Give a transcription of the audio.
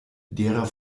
derer